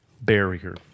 barrier